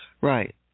Right